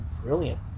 brilliant